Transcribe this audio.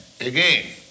again